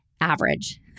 average